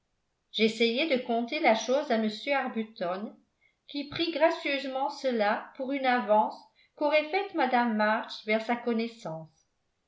j'essayai de conter la chose à m arbuton qui prit gracieusement cela pour une avance qu'aurait faite mme march vers sa connaissance